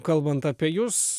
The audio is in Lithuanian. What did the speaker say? kalbant apie jus